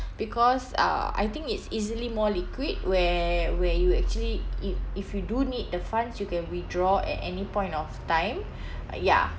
because uh I think it's easily more liquid where where you actually it if you do need the funds you can withdraw at any point of time uh ya